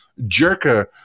Jerka